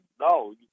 no